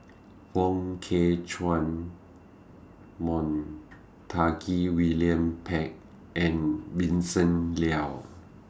Wong Kah Chun Montague William Pett and Vincent Leow